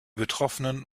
betroffenen